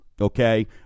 Okay